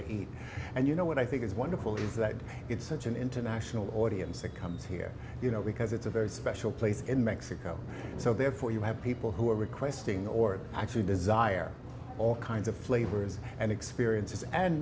to eat and you know what i think is wonderful is that it's such an international audience that comes here you know because it's a very special place in mexico so therefore you have people who are requesting or actually desire all kinds of flavors and experiences and